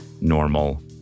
normal